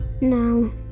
no